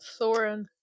Thorin